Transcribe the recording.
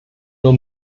nur